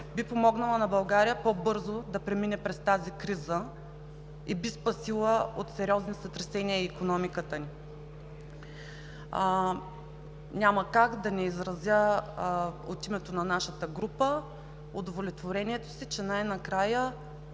би помогнала на България по-бързо да премине през тази криза и би спасила от сериозни сътресения икономиката ни. Няма как да не изразя удовлетворението си от името на